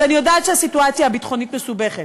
אבל אני יודעת שהסיטואציה הביטחונית מסובכת,